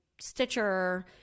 Stitcher